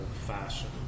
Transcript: fashion